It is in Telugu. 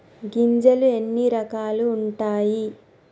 గింజలు ఎన్ని రకాలు ఉంటాయి?